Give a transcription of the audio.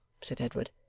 said edward.